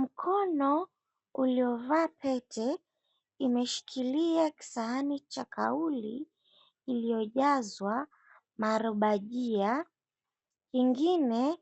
Mkono uliovaa pete imeshikilia kisahani cha kauri iliyojazwa maru bajia. Ingine